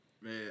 man